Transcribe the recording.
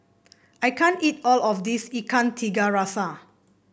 I can't eat all of this Ikan Tiga Rasa